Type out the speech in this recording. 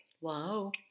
wow